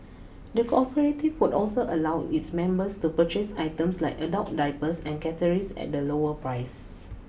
the cooperative would also allow its members to purchase items like adult diapers and catharis at a lower price